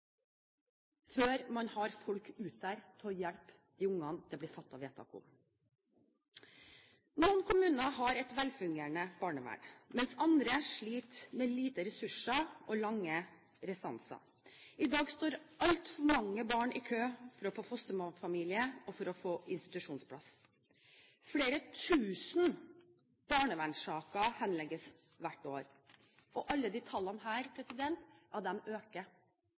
før man har folk ute som kan hjelpe de barna det blir fattet vedtak om. Noen kommuner har et velfungerende barnevern, mens andre sliter med lite ressurser og lange restanser. I dag står altfor mange barn i kø for å få fosterfamilie og for å få institusjonsplass. Flere tusen barnevernssaker henlegges hvert år. Alle disse tallene øker. De